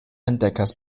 entdeckers